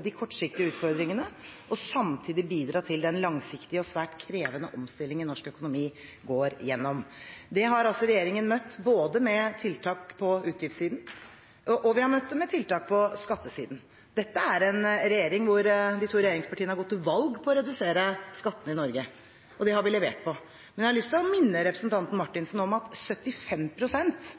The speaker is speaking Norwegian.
de kortsiktige utfordringene og samtidig bidra til den langsiktige og svært krevende omstillingen norsk økonomi går gjennom. Det har regjeringen møtt med tiltak på utgiftssiden, og vi har møtt det med tiltak på skattesiden. Dette er en regjering hvor de to regjeringspartiene har gått til valg på å redusere skattene i Norge, og det har vi levert på. Jeg har lyst til å minne representanten Marthinsen om at